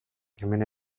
hemen